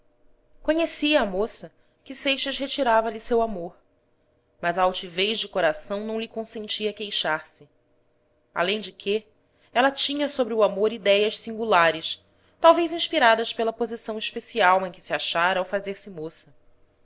conhecia a moça que seixas retirava lhe seu amor mas a altivez de coração não lhe consentia queixar-se além de que ela tinha sobre o amor idéias singulares talvez inspiradas pela posição especial em que se achara ao fazer-se moça